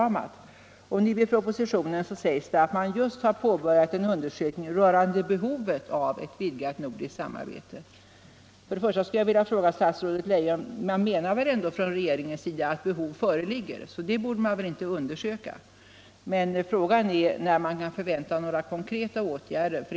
Och nu skriver man som sagt i propositionen att man just har påbörjat en undersökning rörande behovet av ett vidgat nordiskt samarbete. Jag vill då fråga statsrådet Leijon: Man menar väl ändå från regeringens sida att behov föreligger? Den saken borde man inte behöva undersöka. Men frågan är när man kan förvänta konkreta åtgärder.